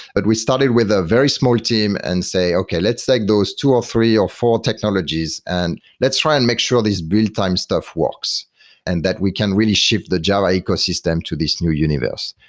but we started with a very small team and said, okay. let's take those two or three or four technologies and let's try and make sure these build time stuff works and that we can really shift the java ecosystem to these new universe.